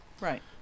Right